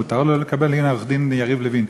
מותר לו לקבל, הנה, העורך-דין, יריב לוין,